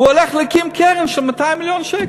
הוא הולך להקים קרן של 200 מיליון שקל.